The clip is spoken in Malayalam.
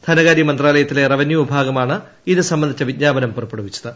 ധനകാര്യ മന്ത്രാലയത്തിലെ റവന്യൂ വിഭാഗമാണ് ഇത് ഇത് സംബന്ധിച്ചു വിജ്ഞാപനം പുറപ്പെടുവിച്ചത്